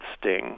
sting